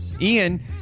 Ian